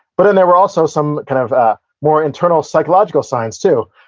but then there were also some kind of ah more internal psychological signs too.